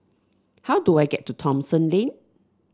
how do I get to Thomson Lane